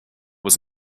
was